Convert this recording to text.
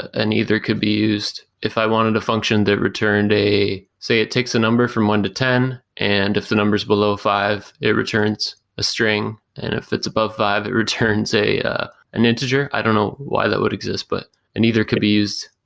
an either could be used if i wanted a function that returned a say it takes a number from one to ten and if the number is below five, it returns a string, and if it's above five, it returns an integer. i don't know why that would exist, but an either could be used.